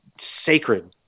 sacred